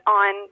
on